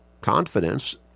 confidence